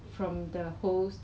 and then after that the person